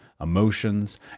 emotions